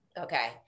Okay